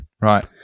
right